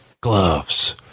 gloves